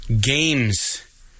games